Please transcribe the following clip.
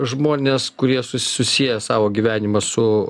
žmonės kurie su susieja savo gyvenimą su